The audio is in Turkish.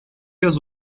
yaz